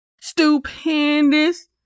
stupendous